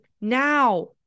now